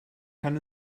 kann